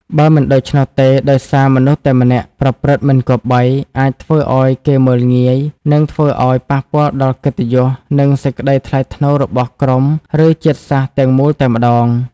បើមិនដូច្នេះទេដោយសារមនុស្សតែម្នាក់ប្រព្រឹត្តិមិនគប្បី អាចធ្វើឲ្យគេមើលងាយ និងធ្វើឲ្យប៉ះពាលដល់កិត្តិយស និងសេចក្តីថ្លៃថ្នូររបស់ក្រុមឬជាតិសាសន៍ទាំងមូលតែម្តង ។